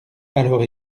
alors